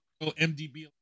MDB